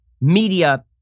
media